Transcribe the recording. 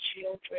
children